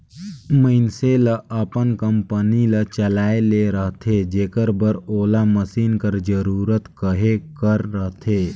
मइनसे ल अपन कंपनी ल चलाए ले रहथे जेकर बर ओला मसीन कर जरूरत कहे कर रहथे